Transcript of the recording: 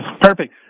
Perfect